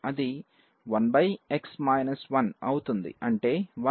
అది 1 అవుతుంది అంటే 1